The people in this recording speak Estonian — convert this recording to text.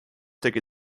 tegi